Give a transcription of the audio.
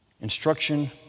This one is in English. Instruction